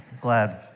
glad